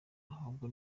ahubwo